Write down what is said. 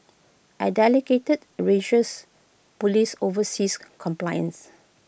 A religious Police oversees compliance